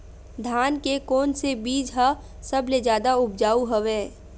धान के कोन से बीज ह सबले जादा ऊपजाऊ हवय?